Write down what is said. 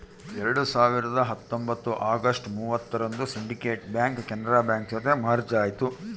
ಎರಡ್ ಸಾವಿರದ ಹತ್ತೊಂಬತ್ತು ಅಗಸ್ಟ್ ಮೂವತ್ತರಂದು ಸಿಂಡಿಕೇಟ್ ಬ್ಯಾಂಕ್ ಕೆನರಾ ಬ್ಯಾಂಕ್ ಜೊತೆ ಮರ್ಜ್ ಆಯ್ತು